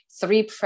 three